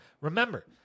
Remember